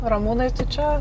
ramūnai tu čia